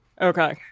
okay